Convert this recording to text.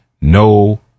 no